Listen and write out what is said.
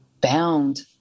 bound